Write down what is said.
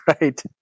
right